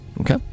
Okay